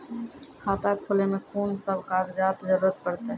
खाता खोलै मे कून सब कागजात जरूरत परतै?